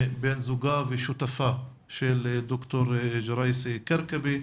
בן זוגה ושותפה של ד"ר ג'ראייסי-כרכבי.